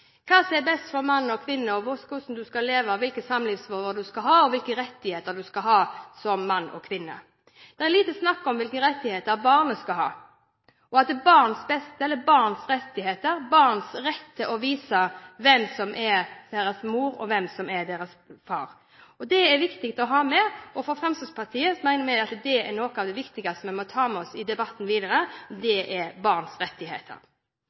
hva som er best for mann og kvinne, hvordan man skal leve, hvilke samlivsforhold man skal ha, og hvilke rettigheter man skal ha som mann og kvinne. Det er lite snakk om hvilke rettigheter barnet skal ha – om barns beste eller barns rettigheter, og barns rett til å vite hvem som er deres mor, og hvem som er deres far. Det er viktig å ha med. For Fremskrittspartiet er barns rettigheter noe av det viktigste vi må ta med oss i debatten videre. Når vi ser den utviklingen som vi har sett nå, er det